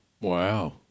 Wow